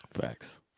Facts